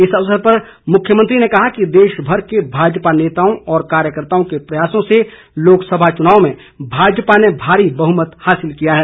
इस अवसर पर मुख्यमंत्री ने कहा कि देशभर के भाजपा नेताओं व कार्यकर्ताओं के प्रयासों से लोकसभा चुनाव में भाजपा ने भारी बहुमत हासिल किया है